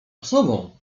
osobą